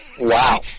Wow